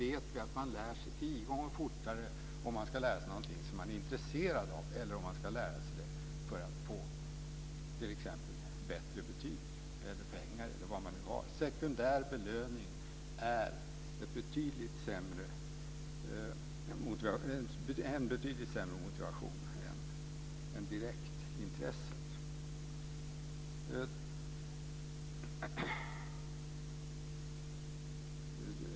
Vi vet att man lär sig tio gånger fortare om man ska lära sig någonting man är intresserad av än när man ska lära sig för att få bättre betyg, pengar e.d. Sekundär belöning är en betydligt sämre motivation än direktintresset.